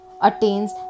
attains